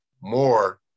more